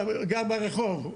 אתה גר ברחוב,